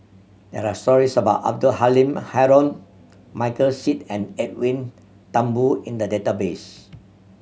there are stories about Abdul Halim Haron Michael Seet and Edwin Thumboo in the database